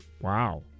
Wow